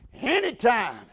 Anytime